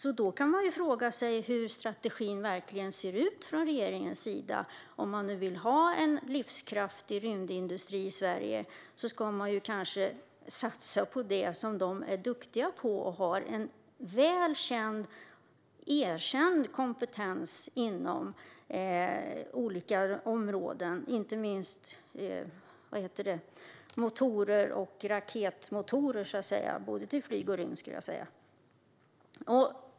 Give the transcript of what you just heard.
Man kan alltså fråga sig hur strategin verkligen ser ut från regeringens sida. Om man nu vill ha en livskraftig rymdindustri i Sverige ska man kanske satsa på det industrin är duktig på. Den har en väl känd och erkänd kompetens inom olika områden, inte minst motorer och raketmotorer - till både flyg och rymd, skulle jag säga.